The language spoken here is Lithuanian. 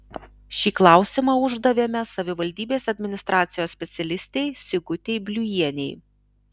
šį klausimą uždavėme savivaldybės administracijos specialistei sigutei bliujienei